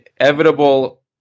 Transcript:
inevitable